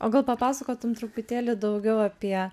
o gal papasakotum truputėlį daugiau apie